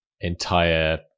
entire